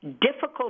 Difficult